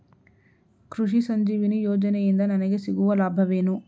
ಕೃಷಿ ಸಂಜೀವಿನಿ ಯೋಜನೆಯಿಂದ ನನಗೆ ಸಿಗುವ ಲಾಭವೇನು?